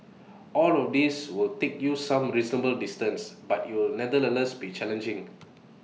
all of these will take you some reasonable distance but IT will nevertheless be challenging